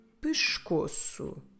pescoço